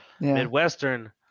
Midwestern